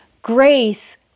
Grace